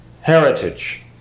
heritage